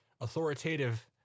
authoritative